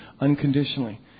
unconditionally